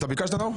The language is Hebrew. אתה ביקשת, נאור?